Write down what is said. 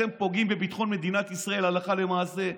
אתם פוגעים בביטחון מדינת ישראל הלכה למעשה,